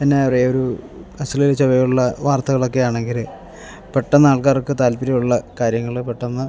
എന്നാ പറയുക ഒരു അശ്ലീല ചുവയുള്ള വാർത്തകളൊക്കെ ആണെങ്കിൽ പെട്ടെന്നാൾക്കാർക്ക് താല്പര്യവുള്ള കാര്യങ്ങൾ പെട്ടെന്ന്